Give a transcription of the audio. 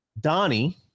Donnie